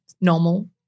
normal